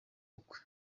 ubukwe